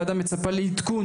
הוועדה מצפה לעדכון,